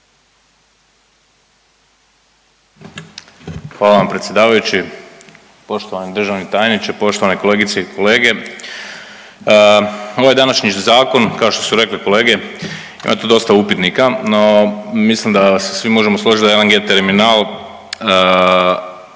Hvala vam predsjedavajući. Poštovani državni tajniče, poštovane kolegice i kolege ovaj današnji zakon kao što su rekle kolege imate dosta upitnika, no mislim da se svi možemo složiti da je LNG terminal